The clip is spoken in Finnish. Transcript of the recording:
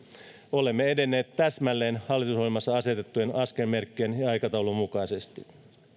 olemme edenneet täsmälleen hallitusohjelmassa asetettujen askelmerkkien ja aikataulun mukaisesti